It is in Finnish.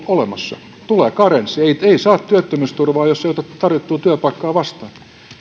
olemassa tulee karenssi ei saa työttömyysturvaa jos ei ota tarjottua työpaikkaa vastaan